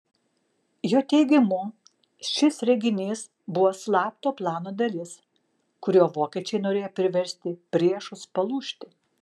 jo teigimu šis reginys buvo slapto plano dalis kuriuo vokiečiai norėjo priversti priešus palūžti